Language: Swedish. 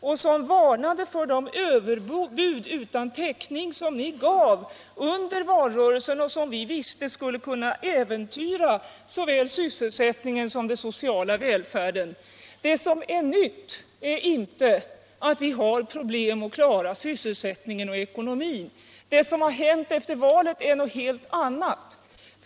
Vi varnade för de överbud utan täckning som ni gjorde under valrörelsen och som vi visste skulle kunna äventyra såväl sysselsättningen som den sociala välfärden. Vad som är nytt är inte att vi har problem att klara sysselsättningen och ekonomin. Det som har hänt efter valet är något helt annat.